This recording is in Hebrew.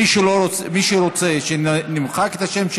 מי שרוצה שנמחק את השם שלו,